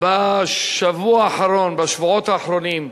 בשבוע האחרון, בשבועות האחרונים,